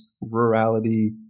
rurality